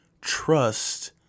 trust